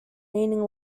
meaning